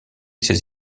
ces